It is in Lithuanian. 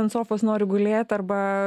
ant sofos nori gulėt arba